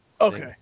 Okay